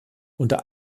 unter